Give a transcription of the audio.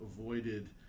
avoided